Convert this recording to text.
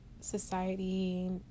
society